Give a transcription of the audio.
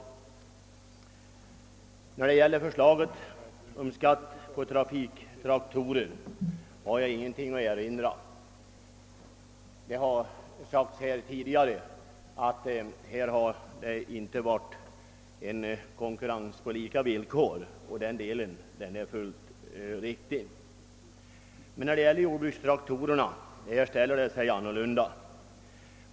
Jag har ingenting att erinra mot förslaget om skatt på trafiktraktorer. Det har sagts här tidigare att det inte har varit en konkurrens på lika villkor, och det är alldeles riktigt. I fråga om jordbrukstraktorerna ställer det sig emellertid annorlunda.